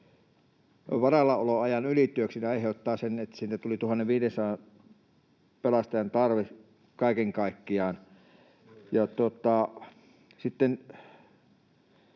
varallaoloajan ylityöksi, aiheuttaa sen, että sinne tuli 1 500 pelastajan tarve kaiken kaikkiaan.